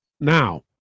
now